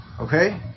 Okay